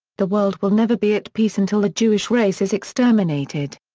the world will never be at peace until the jewish race is exterminated.